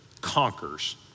conquers